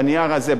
בנייר הזה,